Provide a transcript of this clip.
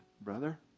brother